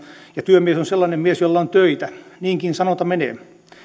ja työmies on sellainen mies jolla on töitä niinkin sanonta menee